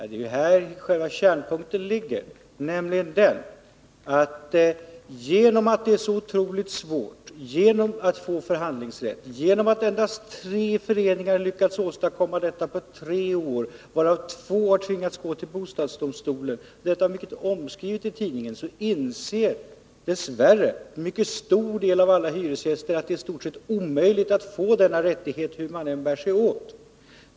Det är där kärnpunkten ligger: Genom att det är så otroligt svårt att få förhandlingsrätt, genom att endast tre föreningar lyckats åstadkomma sådan rätt på tre år, varav två har tvingats gå till bostadsdomstolen, och genom att detta blivit mycket omskrivet i tidningarna, så inser en mycket stor del av hyresgästerna att det dess värre är nästan omöjligt att få denna rättighet, hur man än bär sig åt.